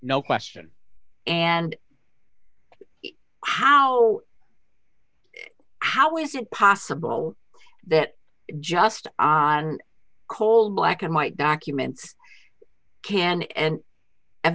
no question and how how is it possible that just on coal black and white documents can end